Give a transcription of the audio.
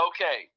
Okay